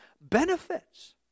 benefits